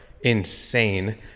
insane